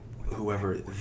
whoever